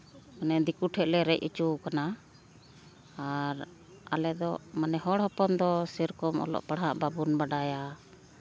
ᱢᱟᱱᱮ ᱫᱤᱠᱩ ᱴᱷᱱ ᱞᱮ ᱨᱮᱡ ᱦᱚᱪᱚᱣ ᱠᱟᱱᱟ ᱟᱨ ᱟᱞᱮᱫᱚ ᱢᱟᱱᱮ ᱦᱚᱲ ᱦᱚᱯᱚᱱ ᱥᱮᱭ ᱨᱚᱠᱚᱢ ᱚᱞᱚᱜ ᱯᱟᱲᱦᱟᱜ ᱵᱟᱵᱚᱱ ᱵᱟᱰᱟᱭᱟ